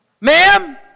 ma'am